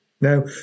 Now